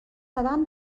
زدن